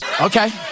Okay